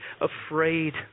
afraid